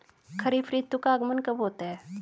खरीफ ऋतु का आगमन कब होता है?